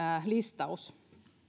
listaus